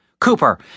Cooper